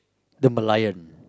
the Merlion